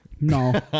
No